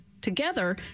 Together